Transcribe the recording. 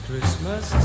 Christmas